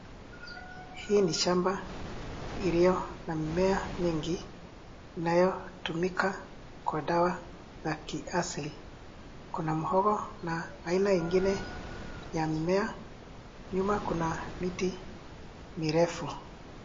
Hii ni shamba iliyo na mimea mingi inayotumika kwa dawa ya kiasili. Kuna mihogo na aina ingine ya mimea. Nyuma kuna miti mirefu.